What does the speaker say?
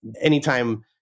anytime